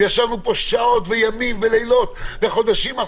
ישבנו פה שעות וימים ולילות וחודשים על